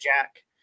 Jack